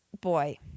boy